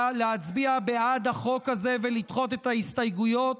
להצביע בעד החוק הזה ולדחות את ההסתייגויות,